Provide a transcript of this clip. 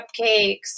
cupcakes